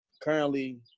Currently